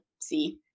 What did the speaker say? see